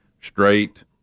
straight